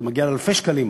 זה מגיע לאלפי שקלים.